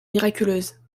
miraculeuse